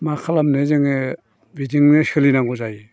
मा खालामनो जोङो बिदोंनो सोलिनांगौ जायो